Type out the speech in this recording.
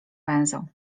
węzeł